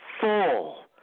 full